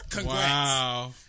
Wow